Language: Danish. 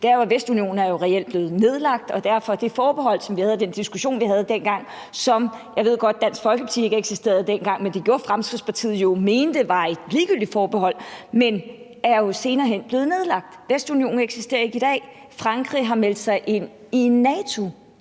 Vestunionen er jo reelt blevet nedlagt. Og i forhold til det forbehold og den diskussion, vi havde dengang, mente man – og jeg ved godt, at Dansk Folkeparti ikke eksisterede dengang, men det gjorde Fremskridtspartiet – at det var et ligegyldigt forbehold. Men Vestunionen er jo senere hen blevet nedlagt. Den eksisterer ikke i dag. Frankrig har meldt sig ind i NATO,